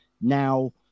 Now